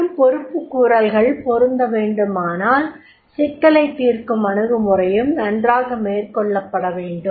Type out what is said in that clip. மற்றும் பொறுப்புக்கூறல்கள் பொருந்த வேண்டுமானால் சிக்கலைத் தீர்க்கும் அணுகுமுறையும் நன்றாக மேற்கொள்ளப்பட வேண்டும்